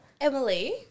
Emily